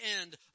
end